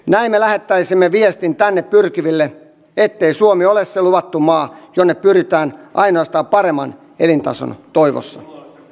näin me lähettäisimme viestin tänne pyrkiville ettei suomi ole se luvattu maa jonne pyritään ainoastaan paremman elintason toivossa